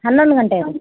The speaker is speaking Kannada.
ಹನ್ನೊಂದು ಗಂಟೆಗೆ ರೀ